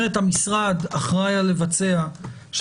לפיה נאמר שהמשרד אחראי לבצע מחקר.